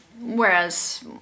Whereas